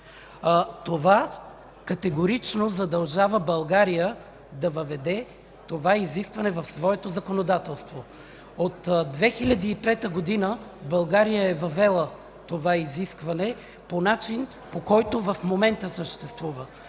Това категорично задължава България да въведе това изискване в своето законодателство. От 2003 г. България е въвела това изискване по начин, по който в момента съществува.